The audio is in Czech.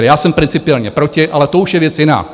Já jsem principiálně proti, ale to už je věc jiná.